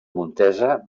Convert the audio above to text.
montesa